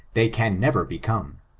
they can never become,